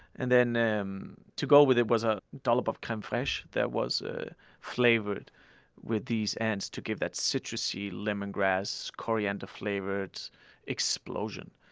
and then to go with it was a dollop of creme fraiche that was ah flavored with these ants to give that citrusy, lemongrass, coriander-flavored explosion.